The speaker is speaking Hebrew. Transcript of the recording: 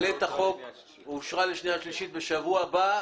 הצעת החוק אושרה לקריאה שנייה ושלישית ותעלה להצבעה במליאה בשבוע הבא.